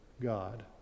God